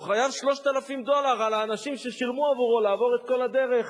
הוא חייב 3,000 דולר לאנשים ששילמו עבורו לעבור את כל הדרך